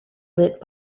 light